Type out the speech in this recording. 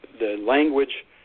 language